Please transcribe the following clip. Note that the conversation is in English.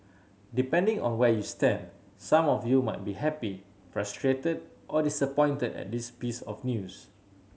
depending on where you stand some of you might be happy frustrated or disappointed at this piece of news